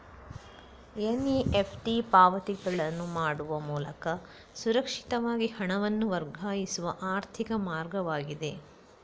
NEFT ಪಾವತಿಗಳನ್ನು ಮಾಡುವ ಮೂಲಕ ಸುರಕ್ಷಿತವಾಗಿ ಹಣವನ್ನು ವರ್ಗಾಯಿಸುವ ಆರ್ಥಿಕ ಮಾರ್ಗವಾಗಿದೆ